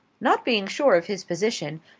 not being sure of his position,